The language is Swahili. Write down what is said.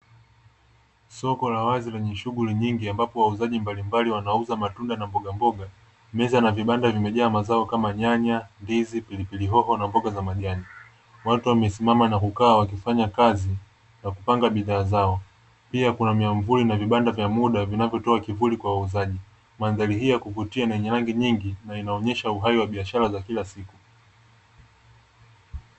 Soko la wazi lenye shughuli nyingi, ambapo wauzaji mbalimbali wanauza matunda na mbogamboga. Meza na vibanda vimejaa mazao kama: nyanya, ndizi, pilipili hoho na mboga za majani. Watu wamesimama na kukaa, wakifanya kazi na kupanga bidhaa zao, pia kuna miavuli na vibanda vya muda vinavyotoa kivuli kwa wauzaji. Mandhari hii ya kuvutia na yenye rangi nyingi na inaonyesha uhai wa biashara za kila siku.